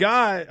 God